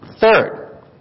Third